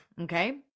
okay